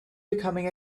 becoming